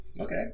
okay